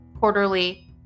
quarterly